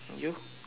you